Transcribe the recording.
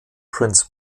prinz